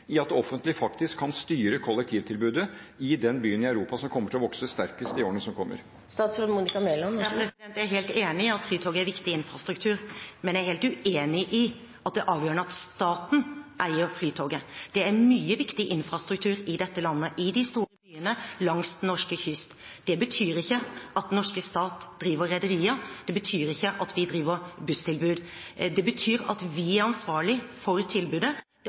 i at det offentlige faktisk kan styre kollektivtilbudet i den byen i Europa som kommer til å vokse sterkest i årene som kommer. Jeg er helt enig i at Flytoget er viktig infrastruktur, men jeg er helt uenig i at det er avgjørende at staten eier Flytoget. Det er mye viktig infrastruktur i dette landet i de store byene langs den norske kyst. Det betyr ikke at den norske stat driver rederier, det betyr ikke at vi driver busstilbud. Det betyr at vi er ansvarlig for tilbudet. Det